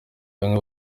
bamwe